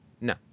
no